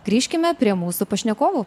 grįžkime prie mūsų pašnekovų